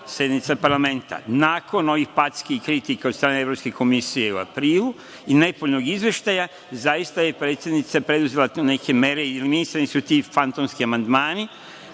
sednica parlamenta, nakon ovih packi i kritika od strane Evropske komisije u aprilu i nepotpunog izveštaja, zaista je predsednica preduzela te neke mere i misaoni su ti fantomski amandmani